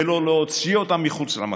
ולא להוציא אותם מחוץ למחנה.